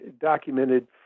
documented